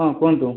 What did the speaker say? ହଁ କୁହନ୍ତୁ